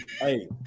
hey